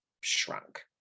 shrunk